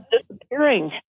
disappearing